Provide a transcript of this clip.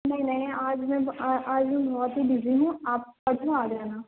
نہیں نہیں آج میں آج میں بہت ہی بزی ہوں آپ پرسوں آجانا